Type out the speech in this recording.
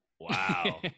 Wow